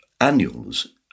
annuals